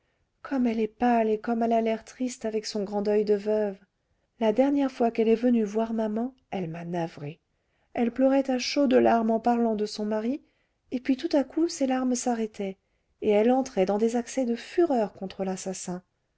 comme elle est pâle et comme elle a l'air triste avec son grand deuil de veuve la dernière fois qu'elle est venue voir maman elle m'a navrée elle pleurait à chaudes larmes en parlant de son mari et puis tout à coup ses larmes s'arrêtaient et elle entrait dans des accès de fureur contre l'assassin